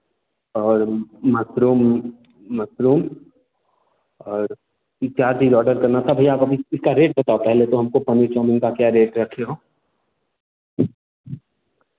और mushroom mushroom और यह चार चीज़ ऑर्डर करना था भैया आप अभी इसका रेट बताओ पहले तो हमको पनीर चाउमीन का क्या रेट रखे हो